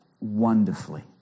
wonderfully